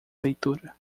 leitura